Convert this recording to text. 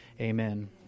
Amen